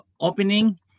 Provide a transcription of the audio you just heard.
opening